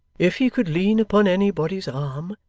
if he could lean upon anybody's arm,